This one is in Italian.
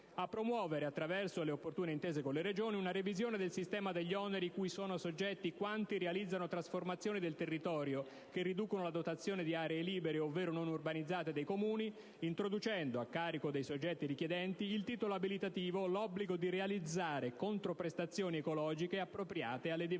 a promuovere, attraverso le opportune intese con le Regioni, una revisione del sistema degli oneri cui sono soggetti quanti realizzano trasformazioni del territorio che riducono la dotazione di aree libere ovvero non urbanizzate dei Comuni, introducendo a carico dei soggetti richiedenti il titolo abilitativo l'obbligo di realizzare controprestazioni ecologiche, appropriate alle diverse